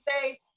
say